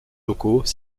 locaux